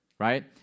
Right